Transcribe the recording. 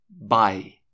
Bye